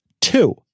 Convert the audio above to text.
two